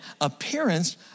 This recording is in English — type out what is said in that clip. appearance